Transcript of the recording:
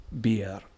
beer